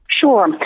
Sure